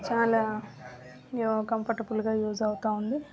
చాలా యొ కంపోర్టాబుల్గా యూజ్ అవుతుంది